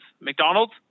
McDonald's